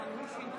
אבל הוא שינה